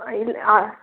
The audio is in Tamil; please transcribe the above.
இல்லை